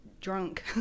drunk